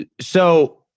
So-